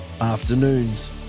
Afternoons